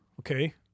Okay